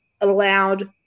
allowed